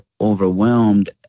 overwhelmed